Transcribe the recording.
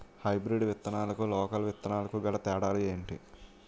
Hybrid విత్తనాలకు local విత్తనాలకు గల తేడాలు ఏంటి?